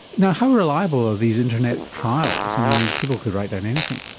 now how reliable are these internet trials, i mean people could write down anything?